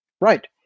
Right